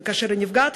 כי כאשר היא נפגעת,